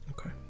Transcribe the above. Okay